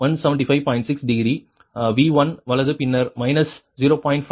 6 degree V1 வலது பின்னர் minus 0